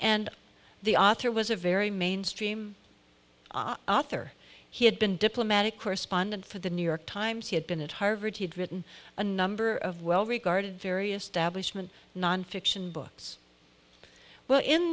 and the author was a very mainstream othar he had been diplomatic correspondent for the new york times he had been at harvard he had written a number of well regarded various stablish mmon nonfiction books well in